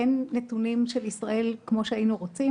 אין נתונים של ישראל כמו שהיינו רוצים.